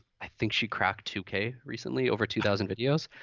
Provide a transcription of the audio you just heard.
i think she cracked two k recently, over two thousand videos,